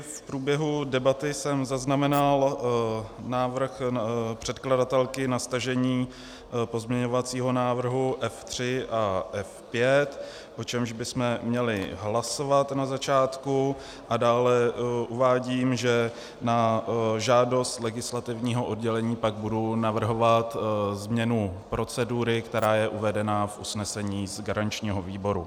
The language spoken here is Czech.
V průběhu debaty jsem zaznamenal návrh předkladatelky na stažení pozměňovacího návrhu F3 a F5, o čemž bychom měli hlasovat na začátku, a dále uvádím, že na žádost legislativního oddělení pak budu navrhovat změnu procedury, která je uvedena v usnesení z garančního výboru.